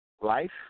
life